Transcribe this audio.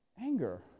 anger